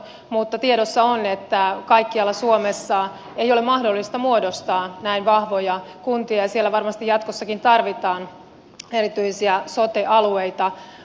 mutta tiedossa on että kaikkialla suomessa ei ole mahdollista muodostaa näin vahvoja kuntia ja siellä varmasti jatkossakin tarvitaan erityisiä sote alueita